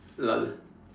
lol